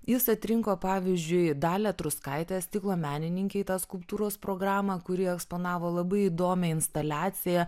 jis atrinko pavyzdžiui dalią truskaitę stiklo menininkę tą skulptūros programą kuri eksponavo labai įdomią instaliaciją